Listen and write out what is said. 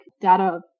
data